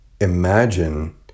imagine